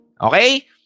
Okay